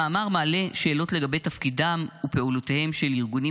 המאמר מעלה שאלות לגבי תפקידם ופעולותיהם של ארגונים